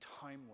timely